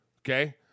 Okay